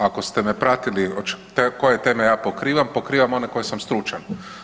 Ako ste me pratili koje teme ja pokrivam, pokrivam one koje sam stručan.